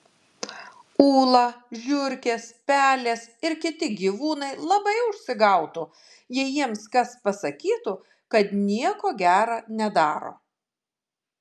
ūla žiurkės pelės ir kiti gyvūnai labai užsigautų jei jiems kas pasakytų kad nieko gera nedaro